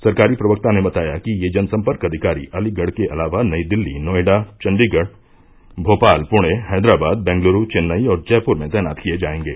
सरकारी प्रवक्ता ने बताया कि ये जनसंपर्क अधिकारी अलीगढ़ के अलावा नई दिल्ली नोएडा चंडीगढ़ भोपाल पुणे हैदरावाद बेंगलूरु चेन्नई और जयपुर में तैनात किए जाएंगे